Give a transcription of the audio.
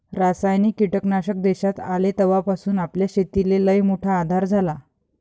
रासायनिक कीटकनाशक देशात आले तवापासून आपल्या शेतीले लईमोठा आधार झाला